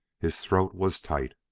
his throat was tight.